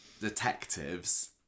detectives